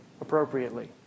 appropriately